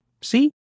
See